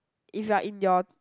if you are in your